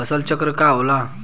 फसल चक्र का होला?